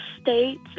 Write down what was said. states